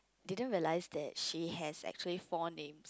didn't realize that she has actually four name